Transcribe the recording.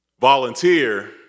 Volunteer